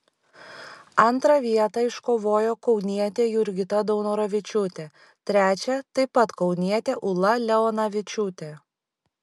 antrą vietą iškovojo kaunietė jurgita daunoravičiūtė trečią taip pat kaunietė ūla leonavičiūtė